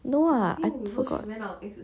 no ah I forgot